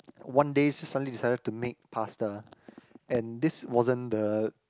one day su~ suddenly decided to make pasta and this wasn't the